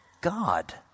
God